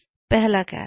पहला कैच